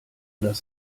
das